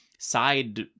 side